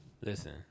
Listen